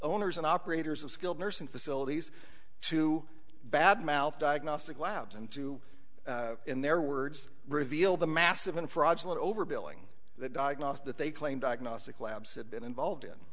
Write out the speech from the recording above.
owners and operators of skilled nursing facilities to bad mouth diagnostic labs and to in their words reveal the massive and fraudulent overbilling the diagnosis that they claim diagnostic labs had been involved in